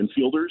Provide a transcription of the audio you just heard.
infielders